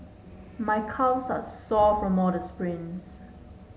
my calves are sore from all the sprints